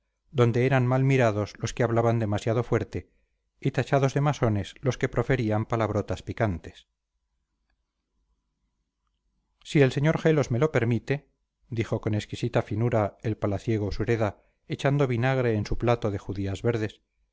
donde eran mal mirados los que hablaban demasiado fuerte y tachados de masones los que proferían palabrotas picantes si el sr gelos me lo permite dijo con exquisita finura el palaciego sureda echando vinagre en su plato de judías verdes